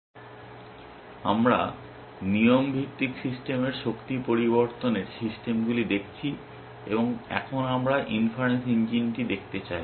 সুতরাং আমরা নিয়ম ভিত্তিক সিস্টেমের শক্তি পরিবর্তনের সিস্টেমগুলি দেখছি এবং এখন আমরা ইনফারেন্স ইঞ্জিনটি দেখতে চাই